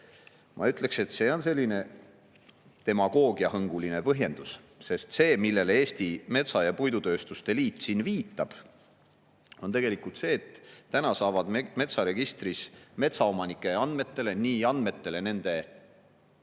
Ma ütleksin, et see on selline demagoogiahõnguline põhjendus, sest see, millele Eesti Metsa‑ ja Puidutööstuse Liit siin viitab, on tegelikult see, et metsaregistris metsaomanike andmetele, nii andmetele nende omandi